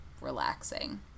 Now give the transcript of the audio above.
relaxing